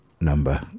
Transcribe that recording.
number